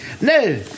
No